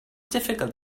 difficult